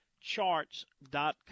Charts.com